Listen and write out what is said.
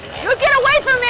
you get away from me!